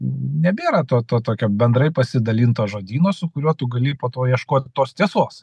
nebėra to to tokio bendrai pasidalinto žodyno su kuriuo tu gali po to ieškot tos tiesos